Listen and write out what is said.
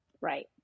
Right